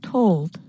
Told